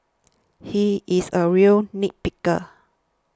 he is a real nitpicker